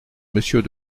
monsieur